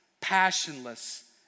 passionless